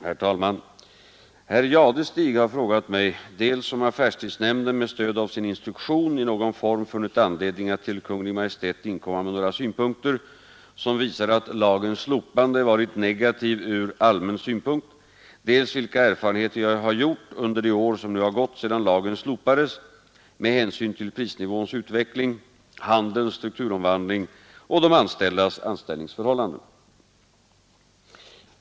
Herr talman! Herr Jadestig har frågat mig dels om affärstidsnämnden med stöd av sin instruktion i någon form funnit anledning att till Kungl. Maj:t inkomma med några synpunkter som visar att lagens slopande varit negativ ur ”allmän synpunkt”, dels vilka erfarenheter jag har gjort under det år som nu har gått sedan lagen slopades med hänsyn till prisnivåns utveckling, handels strukturomvandling och de anställdas anställningsförhållanden.